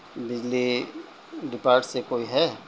بجلی ڈپارٹ سے کوئی ہے